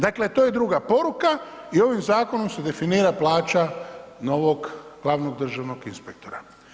Dakle, to je druga poruka i ovim zakonom se definira plaća novog glavnog državnog inspektora.